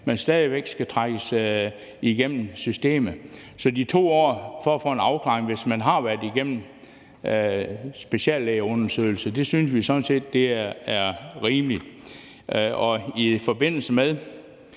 anden, stadig væk skal trækkes igennem systemet. Så de højst 2 år for at få en afklaring, hvis man har været igennem speciallægeundersøgelse, synes vi sådan set er rimeligt. I forbindelse med